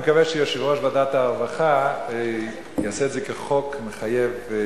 אני מקווה שיושב-ראש ועדת הרווחה יעשה את זה כחוק מחייב,